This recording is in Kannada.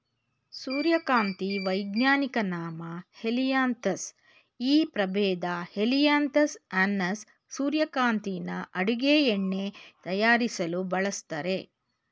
ಸೂರ್ಯಕಾಂತಿ ವೈಜ್ಞಾನಿಕ ನಾಮ ಹೆಲಿಯಾಂತಸ್ ಈ ಪ್ರಭೇದ ಹೆಲಿಯಾಂತಸ್ ಅನ್ನಸ್ ಸೂರ್ಯಕಾಂತಿನ ಅಡುಗೆ ಎಣ್ಣೆ ತಯಾರಿಸಲು ಬಳಸ್ತರೆ